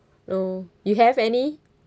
no you have any